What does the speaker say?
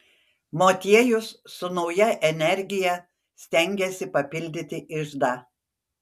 motiejus su nauja energija stengėsi papildyti iždą